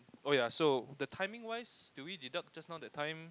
oh ya so the timing wise do we deduct just now that time